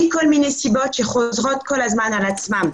מכל מיני סיבות שחוזרות כל הזמן על עצמן,